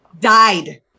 died